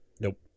Nope